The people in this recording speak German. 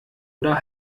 oder